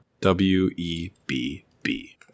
W-E-B-B